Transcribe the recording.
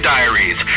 Diaries